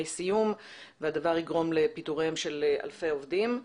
סיום והדבר יגרום לפיטוריהם של אלפי עובדים.